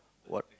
what